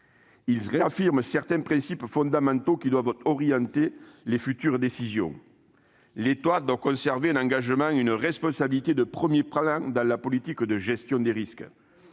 Ils réaffirment certains principes fondamentaux qui doivent orienter les futures décisions : l'État doit conserver un engagement et une responsabilité de premier plan dans la politique de gestion des risques